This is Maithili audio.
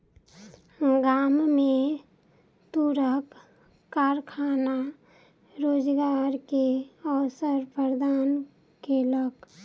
गाम में तूरक कारखाना रोजगार के अवसर प्रदान केलक